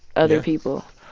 other people